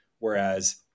Whereas